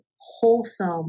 wholesome